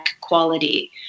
quality